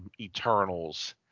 eternals